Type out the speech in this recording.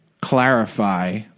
clarify